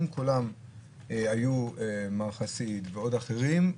אם כולם היו מר חסיד ואחרים,